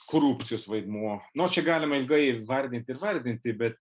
korupcijos vaidmuo nu čia galima ilgai vardyti ir vardyti bet